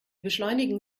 beschleunigen